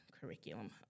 curriculum